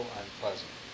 unpleasant